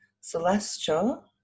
celestial